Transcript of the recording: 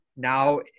Now